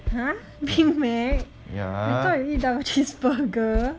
!huh! big mac I thought you eat double cheeseburger